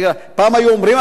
וילה בג'ונגל,